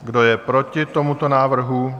Kdo je proti tomuto návrhu?